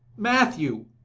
matthew!